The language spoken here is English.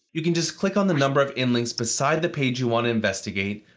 you can just click on the number of inlinks beside the page you want to investigate,